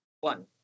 One